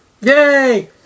Yay